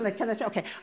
Okay